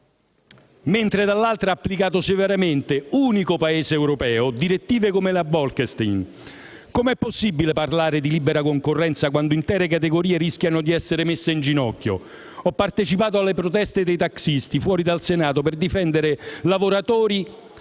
mentre, dall'altra, ha applicato severamente, unico Paese europeo, direttive come la Bolkestein. Come è possibile parlare di libera concorrenza quando intere categorie rischiano di essere messe in ginocchio? Ho partecipato alle proteste dei taxisti fuori del Senato per difendere lavoratori